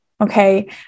Okay